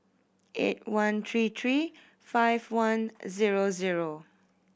eight one three three five one zero zero